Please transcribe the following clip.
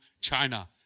China